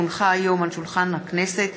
כי הונחו היום על שולחן הכנסת,